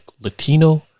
Latino